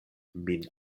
min